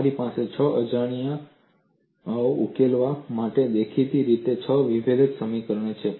તમારી પાસે છ અજાણ્યાઓને ઉકેલવા માટે દેખીતી રીતે છ વિભેદક સમીકરણો છે